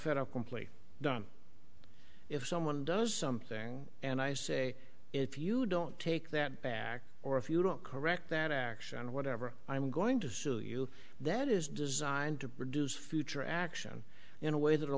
federal complaint done if someone does something and i say if you don't take that or if you don't correct that action or whatever i'm going to you that is designed to produce future action in a way